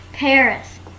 Paris